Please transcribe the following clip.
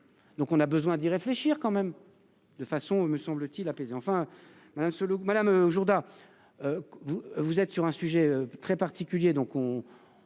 Donc on a besoin d'y réfléchir quand même de façon me semble-t-il, apaiser enfin malin ce look Madame Jourda. Vous vous êtes sur un sujet très particulier donc on